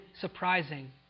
surprising